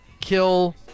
Kill